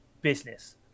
business